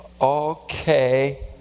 Okay